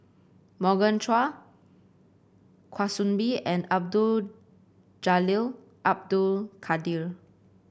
Morgan Chua Kwa Soon Bee and Abdul Jalil Abdul Kadir